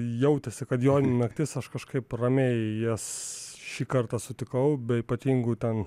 jautėsi kad joninių naktis aš kažkaip ramiai jas šį kartą sutikau be ypatingų ten